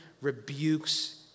rebukes